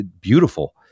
beautiful